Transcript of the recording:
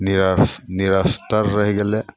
near निअस्तर रहि गेलै